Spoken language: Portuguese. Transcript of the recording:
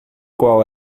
qual